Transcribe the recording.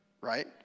right